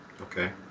Okay